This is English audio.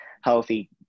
healthy